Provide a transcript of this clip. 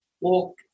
Walk